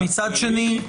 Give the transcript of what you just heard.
הכללי,